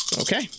Okay